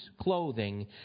clothing